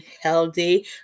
healthy